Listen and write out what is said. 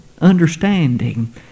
understanding